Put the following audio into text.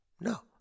No